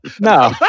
No